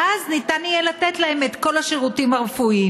ואז ניתן יהיה לתת להם את כל השירותים הרפואיים.